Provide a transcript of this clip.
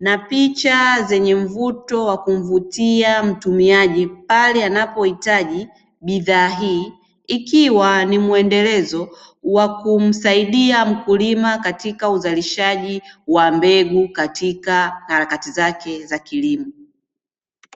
na picha zenye mvuto wa kuvutia mtumiaji pale anapohitaji bidhaa hii, ikiwa ni mwendelezo wa kumsaidia mkulima katika uzalishaji wa mbegu katika harakati zake za kilimo.